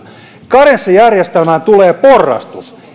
karenssijärjestelmään tulee porrastus